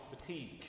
fatigue